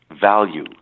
value